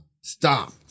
Stop